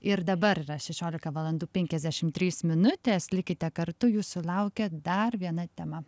ir dabar yra šešiolika valandų penkiasdešim trys minutės likite kartu jūsų laukia dar viena tema